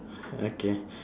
okay